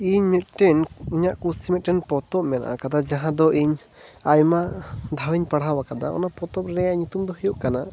ᱤᱧ ᱢᱤᱫᱴᱮᱱ ᱤᱧᱟᱜ ᱠᱩᱥᱤ ᱢᱤᱫᱴᱮᱱ ᱯᱚᱛᱚᱵ ᱢᱮᱱᱟᱜ ᱟᱠᱟᱫᱟ ᱡᱟᱦᱟᱸ ᱫᱚ ᱤᱧ ᱟᱭᱢᱟ ᱫᱷᱟᱣ ᱤᱧ ᱯᱟᱲᱦᱟᱣ ᱟᱠᱟᱫᱟ ᱚᱱᱟ ᱯᱚᱛᱚᱵ ᱨᱮᱭᱟᱜ ᱧᱩᱛᱩᱢ ᱫᱚ ᱦᱩᱭᱩᱜ ᱠᱟᱱᱟ